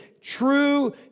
true